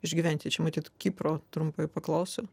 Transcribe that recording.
išgyventi čia matyt kipro trumpai paklausiu